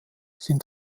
sind